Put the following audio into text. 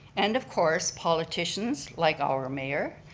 and of course politicians like our mayor,